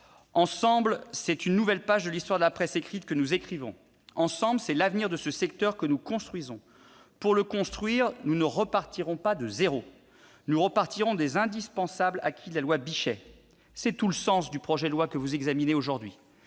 ensemble, c'est une nouvelle page de l'histoire de la presse écrite que nous écrivons. Ensemble, c'est l'avenir de ce secteur que nous construisons. Pour cela, nous repartirons non pas de zéro, mais des indispensables acquis de la loi Bichet. C'est tout le sens du projet de loi que vous examinez aujourd'hui.